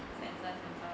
censor censor